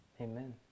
Amen